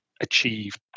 achieved